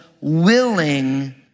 willing